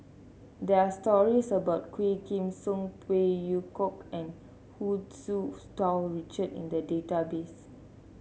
there're stories about Quah Kim Song Phey Yew Kok and Hu Tsu Tau Richard in the database